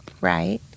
Right